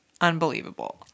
unbelievable